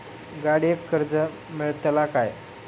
गाडयेक कर्ज मेलतला काय?